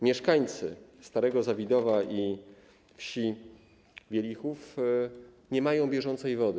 Mieszkańcy Starego Zawidowa i wsi Wielichów nie mają bieżącej wody.